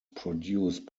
produced